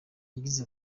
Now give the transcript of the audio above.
yagize